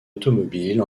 automobile